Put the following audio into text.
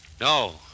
No